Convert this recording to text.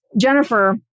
Jennifer